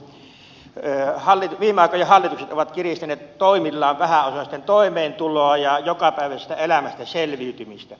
viime aikojen hallitukset ovat kiristäneet toimillaan vähäosaisten toimeentuloa ja jokapäiväisestä elämästä selviytymistä